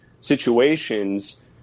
situations